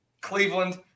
Cleveland –